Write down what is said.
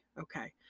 okay